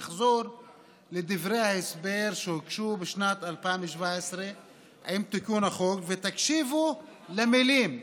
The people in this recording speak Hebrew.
נחזור לדברי ההסבר שהוגשו בשנת 2017 עם תיקון החוק ותקשיבו למילים,